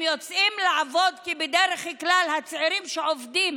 הם יוצאים לעבוד כי בדרך כלל הצעירים שעובדים